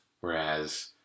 whereas